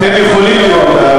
ואתם הפתרון.